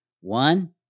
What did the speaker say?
One